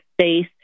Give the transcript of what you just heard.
space